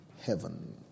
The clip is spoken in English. heaven